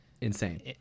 Insane